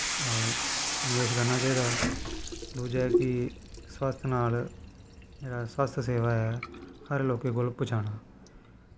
निवेश करना चाही दा दुजा कि स्वास्थ नाल जेह्ड़ा स्बास्थ सेवा ऐ सारें कोल पज़ानी